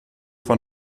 von